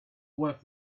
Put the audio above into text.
worth